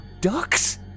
ducks